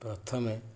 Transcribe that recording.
ପ୍ରଥମେ